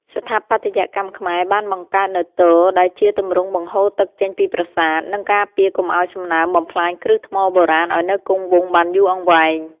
ស្ថាបត្យករខ្មែរបានបង្កើតនូវទ ដែលជាទម្រង់បង្ហូរទឹកចេញពីប្រាសាទ និង ការពារកុំឱ្យសំណើមបំផ្លាញគ្រឹះថ្មបុរាណឱ្យនៅគង់វង្សបានយូរអង្វែង។